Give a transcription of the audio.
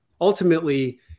ultimately